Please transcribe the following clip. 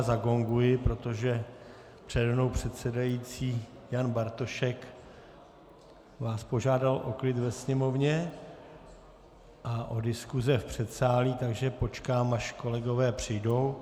Zagonguji, protože přede mnou předsedající Jan Bartošek vás požádal o klid ve sněmovně a o diskuse v předsálí, takže počkám, až kolegové přijdou.